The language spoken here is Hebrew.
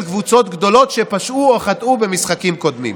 קבוצות גדולות שפשעו או שחטאו במשחקים קודמים.